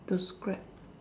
to scrap